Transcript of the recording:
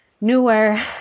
newer